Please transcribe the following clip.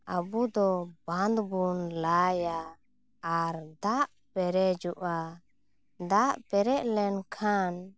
ᱟᱵᱚ ᱫᱚ ᱵᱟᱸᱫᱽ ᱵᱚᱱ ᱞᱟᱭᱟ ᱟᱨ ᱫᱟᱜ ᱯᱮᱨᱮᱡᱚᱜᱼᱟ ᱫᱟᱜ ᱯᱮᱨᱮᱡ ᱞᱮᱱᱠᱷᱟᱱ